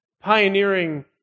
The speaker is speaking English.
pioneering